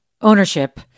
ownership